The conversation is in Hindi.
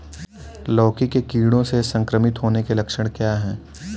लौकी के कीड़ों से संक्रमित होने के लक्षण क्या हैं?